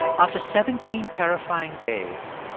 after seventeen terrifying days,